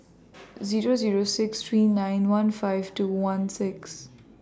Zero Zero six three nine one five two one six